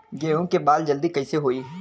गेहूँ के बाल जल्दी कईसे होई?